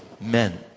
men